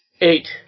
eight